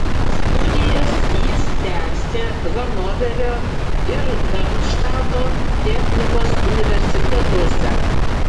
studijas jis tęsė hanoverio ir darmštato technikos universitetuose